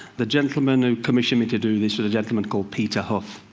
the gentleman who commissioned me to do this was a gentleman called peter huf.